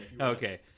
okay